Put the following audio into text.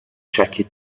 jackie